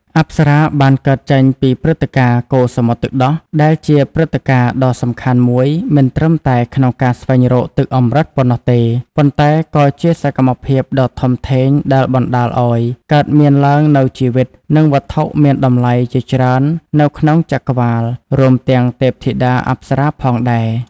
អប្សរាបានកើតចេញពីព្រឹត្តិការណ៍ កូរសមុទ្រទឹកដោះ ដែលជាព្រឹត្តិការណ៍ដ៏សំខាន់មួយមិនត្រឹមតែក្នុងការស្វែងរកទឹកអម្រឹតប៉ុណ្ណោះទេ ប៉ុន្តែក៏ជាសកម្មភាពដ៏ធំធេងដែលបណ្ដាលឲ្យកើតមានឡើងនូវជីវិត និងវត្ថុមានតម្លៃជាច្រើននៅក្នុងចក្រវាឡ រួមទាំងទេពធីតាអប្សរាផងដែរ។